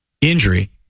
injury